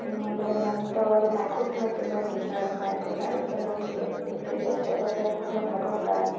त्याच्यानंतर मायक्रो फायनान्सचं लोन घेतात मायक्रो फायनान्सचं लोन घेऊन ते त्यांच्या गरजा पूर्ण भागवतात